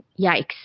Yikes